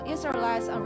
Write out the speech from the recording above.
Israelites